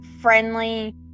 friendly